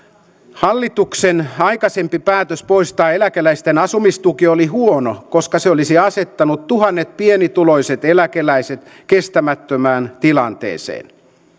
hallituksen aikaisempi päätös poistaa eläkeläisten asumistuki oli huono koska se olisi asettanut tuhannet pienituloiset eläkeläiset kestämättömään tilanteeseen